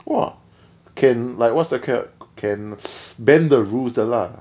!wah! can like what's the can can bend the rules 的 lah